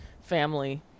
family